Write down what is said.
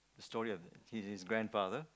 story of his his grandfather